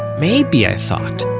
maybe, i thought,